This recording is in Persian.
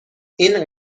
این